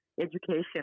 education